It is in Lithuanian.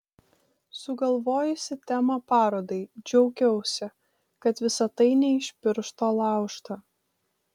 sugalvojusi temą parodai džiaugiausi kad visa tai ne iš piršto laužta